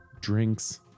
drinks